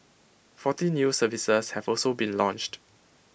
forty new services have also been launched